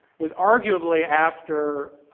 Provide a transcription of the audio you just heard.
was arguably after